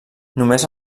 només